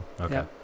Okay